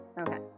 Okay